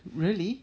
really